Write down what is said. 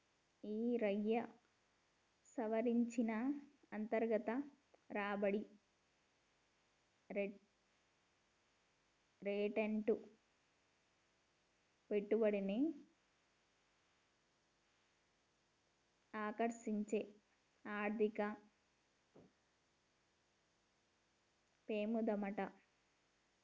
ఈరయ్యా, సవరించిన అంతర్గత రాబడి రేటంటే పెట్టుబడిని ఆకర్సించే ఆర్థిక పెమాదమాట